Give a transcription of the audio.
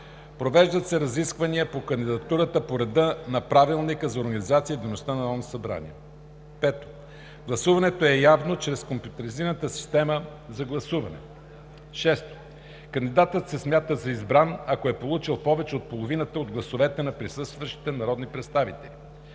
Провеждат се разисквания по кандидатурата по реда на Правилника за организацията и дейността на Народното събрание. 5. Гласуването е явно чрез компютризираната система за гласуване. 6. Кандидатът се смята за избран, ако е получил повече от половината от гласовете на присъстващите народни представители.